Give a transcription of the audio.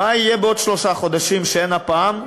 מה יהיה בעוד שלושה חודשים שאין הפעם?